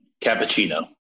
cappuccino